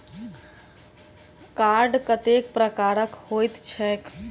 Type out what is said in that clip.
Card कतेक प्रकारक होइत छैक?